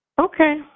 Okay